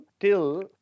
till